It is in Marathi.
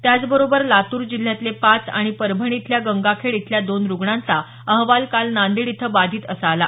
त्याचबरोबर लातूर जिल्ह्यातले पाच आणि परभणी इथल्या गंगाखेड इथल्या दोन रुग्णांचा अहवाल काल नांदेड इथं बाधित असा आला